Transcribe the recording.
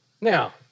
Now